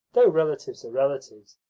though relatives are relatives,